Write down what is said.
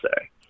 say